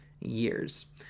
years